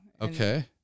Okay